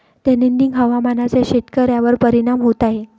दैनंदिन हवामानाचा शेतकऱ्यांवर परिणाम होत आहे